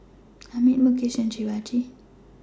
Amit Mukesh and Shivaji